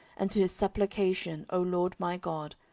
and to his supplication, o lord my god,